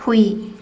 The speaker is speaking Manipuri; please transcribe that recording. ꯍꯨꯏ